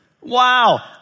Wow